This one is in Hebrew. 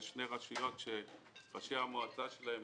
יש שתי רשויות שראשי המועצה שלהן